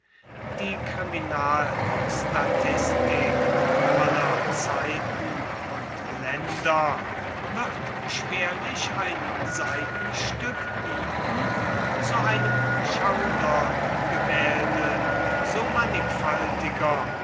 die kriminalstatistik aller zeiten und länder wird schwerlich ein seitenstück bieten zu einem schaudergemälde so mannigfaltiger